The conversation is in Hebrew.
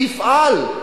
תפעל.